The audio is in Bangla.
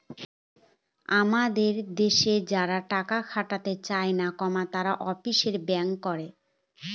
আমাদের দেশে যারা টাকা খাটাতে চাই না, তারা অফশোর ব্যাঙ্কিং করে